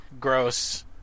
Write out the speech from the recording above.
gross